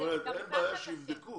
אין בעיה שיבדקו